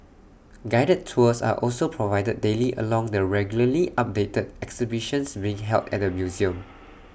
guided tours are also provided daily along the regularly updated exhibitions being held at the museum